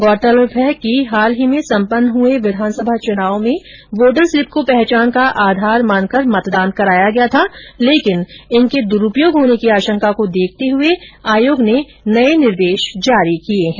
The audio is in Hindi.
गौरतलब है कि हाल ही सम्पन्न हुए विधानसभा चुनाव में वोटर स्लिप को पहचान का आधार मानकर मतदान कराया गया था लेकिन इनके दुरूपयोग होने की आशंका को देखते हुए आयोग ने नए निर्देश जारी किए हैं